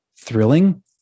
thrilling